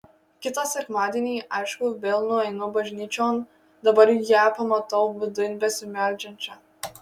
kitą sekmadienį aišku vėl nueinu bažnyčion dabar ją pamatau viduj besimeldžiančią